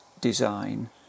design